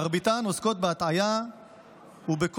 ומרביתן עוסקות בהטעיה ובקושי